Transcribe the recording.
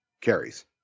carries